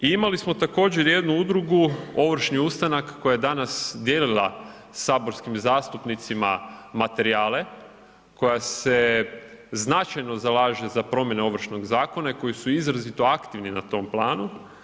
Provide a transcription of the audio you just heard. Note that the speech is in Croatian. Imali smo također jednu udrugu, Ovršni ustanak koja je danas dijelila saborskim zastupnicima materijale koja se značajno zalaže za promjene Ovršnog zakona i koji su izrazito aktivni na tom planu.